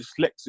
dyslexic